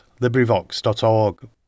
LibriVox.org